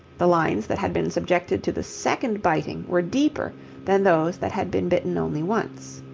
the lines that had been subjected to the second biting were deeper than those that had been bitten only once.